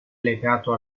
legato